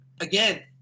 again –